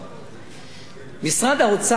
משרד האוצר עשה פשע גדול.